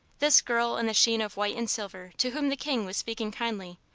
this girl in the sheen of white and silver to whom the king was speaking kindly,